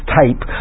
type